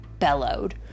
Bellowed